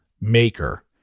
maker